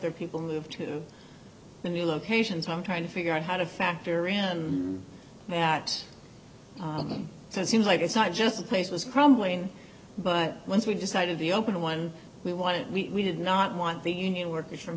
their people move to a new location so i'm trying to figure out how to factor in that so it seems like it's not just the place was crumbling but once we decided the open one we wanted we did not want the union workers from